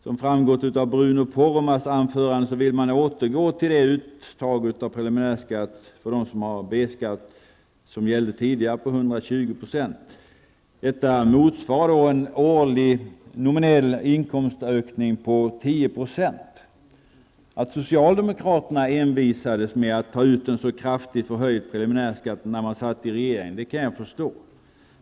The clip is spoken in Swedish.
Som framgått av Bruno Poromaas anförande vill man återgå till det uttag av preliminärskatt för dem som har B-skatt som gällde tidigare, dvs. 120 %. Detta motsvarar en årlig nominell inkomstökning på 10 %. Jag kan förstå att socialdemokraterna envisades med att ta ut en sådan kraftigt förhöjd preliminärskatt när man satt i regeringsställning.